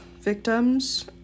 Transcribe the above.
victims